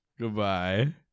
Goodbye